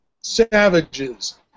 savages